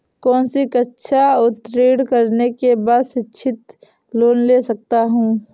कौनसी कक्षा उत्तीर्ण करने के बाद शिक्षित लोंन ले सकता हूं?